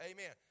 Amen